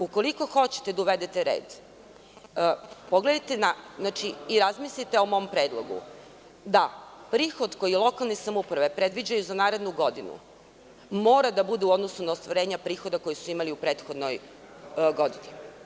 Ukoliko hoćete da uvedete red, razmislite o mom predlogu da prihod koji lokalne samouprave predviđaju za narednu godinu mora da bude u odnosu na ostvarenje prihoda koji su imali u prethodnoj godini.